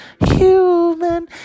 human